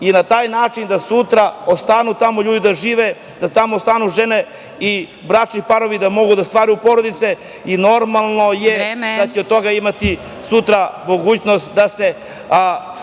i na taj način da sutra ostanu tamo ljudi da žive, da tamo ostanu žene i bračni parovi da mogu ostvaruju porodice i normalno je da će od toga imati sutra mogućnost da